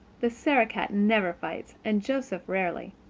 the sarah-cat never fights and joseph rarely.